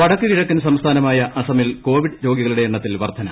വടക്ക് കിഴക്കൻ സംസ്ഥാനമായ അസമിൽ കോവിഡ് രോഗികളുടെ എണ്ണത്തിൽ വർദ്ധന